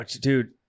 Dude